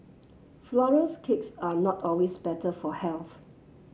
flourless cakes are not always better for health